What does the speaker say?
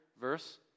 verse